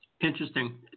Interesting